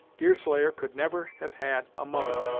deerslayer could never have had a mother,